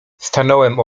stanąłem